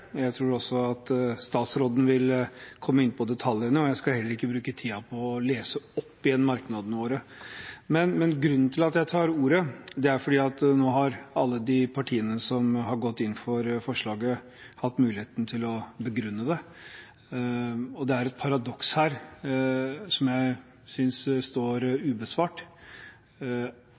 Jeg tror også at statsråden vil komme inn på detaljene, og jeg skal heller ikke bruke tiden på å lese opp igjen merknadene våre. Grunnen til at jeg tar ordet, er at nå har alle de partiene som har gått inn for forslaget, hatt muligheten til å begrunne det. Det er et paradoks her som jeg synes står ubesvart.